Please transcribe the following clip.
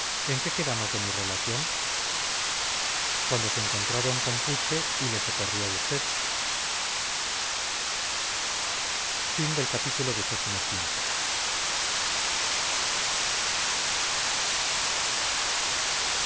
en qué quedamos de mi relación cuando se encontraron con puche y le socorrió usted